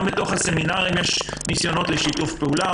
גם בתוך הסמינרים יש ניסיונות לשיתוף פעולה,